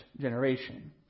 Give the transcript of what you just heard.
generation